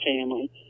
family